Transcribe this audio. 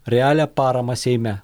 realią paramą seime